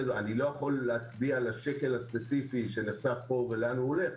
אני לא יכול להצביע על השקל הספציפי ולאן הוא הולך,